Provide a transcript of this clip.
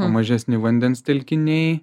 mažesni vandens telkiniai